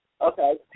Okay